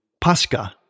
Pascha